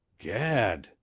gad!